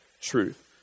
truth